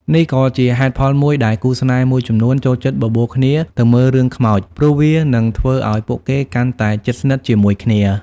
នេះក៏ជាហេតុផលមួយដែលគូស្នេហ៍មួយចំនួនចូលចិត្តបបួលគ្នាទៅមើលរឿងខ្មោច ព្រោះវានឹងធ្វើឲ្យពួកគេកាន់តែជិតស្និទ្ធជាមួយគ្នា។